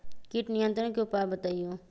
किट नियंत्रण के उपाय बतइयो?